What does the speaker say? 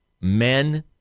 men